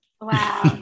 Wow